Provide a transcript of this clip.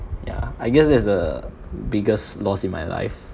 ya I guess that's a biggest loss in my life